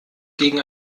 gegen